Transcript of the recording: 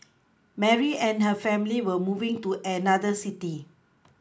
Mary and her family were moving to another city